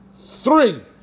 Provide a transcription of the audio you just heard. three